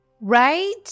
Right